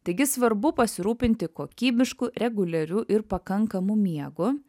taigi svarbu pasirūpinti kokybišku reguliariu ir pakankamu miegu